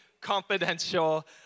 confidential